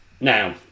Now